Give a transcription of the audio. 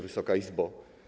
Wysoka Izbo!